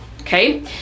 Okay